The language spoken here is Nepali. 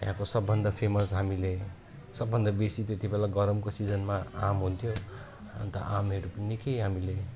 यहाँको सबभन्दा फेमस हामीले सबभन्दा त्यति बेला बेसी गरमको सिजनमा आम हुन्थ्यो अन्त आमहरू निकै हामीले